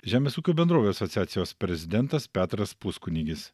žemės ūkio bendrovių asociacijos prezidentas petras puskunigis